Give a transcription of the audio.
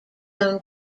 own